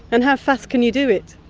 and how fast can you do it?